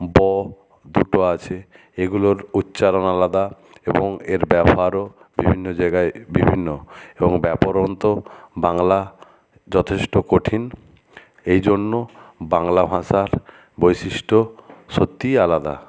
ব দুটো আছে এগুলোর উচ্চারণ আলাদা এবং এর ব্যবহারও বিভিন্ন জায়গায় বিভিন্ন এবং ব্যাকরণগত বাংলা যথেষ্ট কঠিন এই জন্য বাংলা ভাষার বৈশিষ্ট্য সত্যিই আলাদা